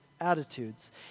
attitudes